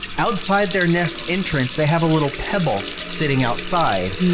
outside their nest entrance, they have a little pebble sitting outside,